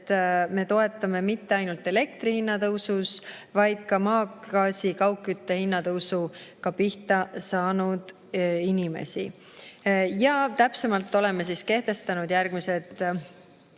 sest me toetame mitte ainult elektri hinna tõusus, vaid ka maagaasi kaugkütte hinna tõusuga pihta saanud inimesi. Täpsemalt oleme kehtestanud järgmised